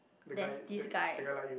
there's this guy